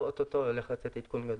או-טו-טו הולך לצאת עדכון גדול.